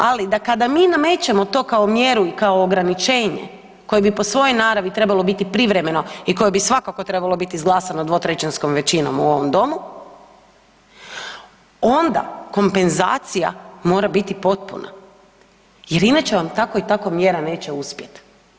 Ali da kada mi namećemo to kao mjeru i kao ograničenje koje bi po svojoj naravi trebalo biti privremeno i koje bi svakako trebalo biti izglasano dvotrećinskom većinom u ovom Domu onda kompenzacija mora biti potpuna jer inače vam tako i tako mjera neće uspjet.